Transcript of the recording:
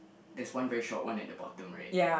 there's one very short one at the bottom right